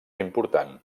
important